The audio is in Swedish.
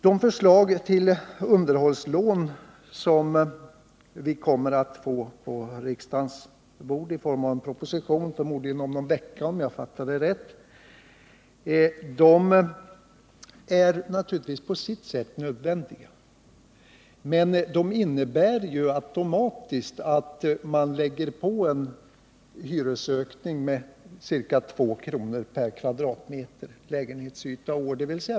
De förslag till underhållslån som vi kommer att få på riksdagens bord i form av en proposition förmodligen om någon vecka, om jag fattade rätt, är naturligtvis på sitt sätt nödvändiga. Men de innebär att man automatiskt lägger på en hyresökning med ca 2 kr. per kvadratmeter lägenhetsyta och år.